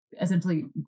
essentially